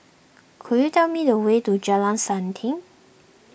could you tell me the way to Jalan Selanting